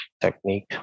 Technique